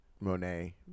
Monet